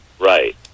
Right